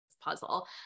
puzzle